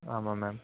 ஆமாம் மேம்